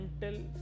mental